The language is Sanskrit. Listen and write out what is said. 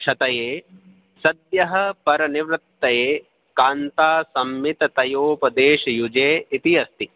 क्षतये सद्यः परनिवृत्तये कान्तासम्मिततयोपदेशयुजे इति अस्ति